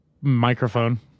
microphone